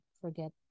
forget